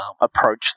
approach